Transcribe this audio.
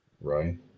Right